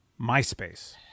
MySpace